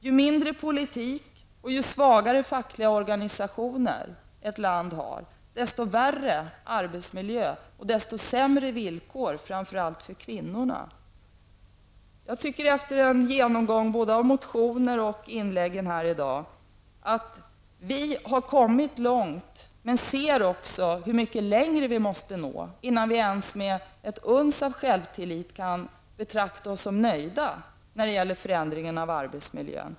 Ju mindre politik och svagare fackliga organisationer ett land har, desto värre arbetsmiljö och desto sämre villkor, framför allt för kvinnorna. Jag tycker efter en genomgång både av motioner och av inläggen här i dag att vi har kommit långt, men jag ser också hur mycket längre vi måste nå innan vi ens med ett uns av självtillit kan betrakta oss som nöjda när det gäller förändring av arbetsmiljön.